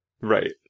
Right